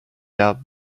down